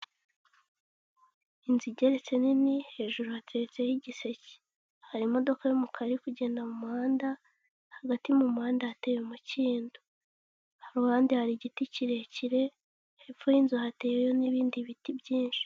Inzu igeretse nini hejuru hateretseho igiseke hari imodoka y'umukara iri kugenda mu muhanda hagati mu muhanda hateye umukindo kuruhande hari igiti kirekire hepfo yi nzu hateyeyo nibindi biti byinshi.